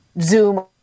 zoom